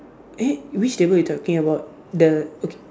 eh which table you talking about the okay